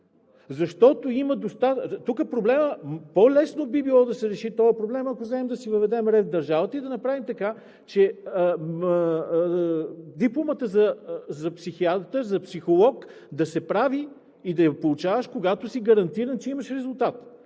е – по-лесно би било да се реши този проблем, ако вземем да си въведем ред в държавата и да направим така че дипломата за психиатър, психолог да се прави и да я получаваш, когато си гарантиран, че имаш резултат.